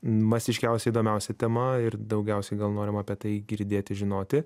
masiškiausia įdomiausia tema ir daugiausiai gal norim apie tai girdėti žinoti